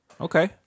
Okay